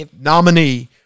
nominee